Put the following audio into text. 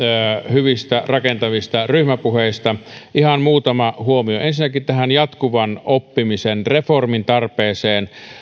hyvistä rakentavista ryhmäpuheista ihan muutama huomio ensinnäkin tästä jatkuvan oppimisen reformin tarpeesta